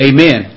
Amen